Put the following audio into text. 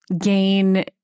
gain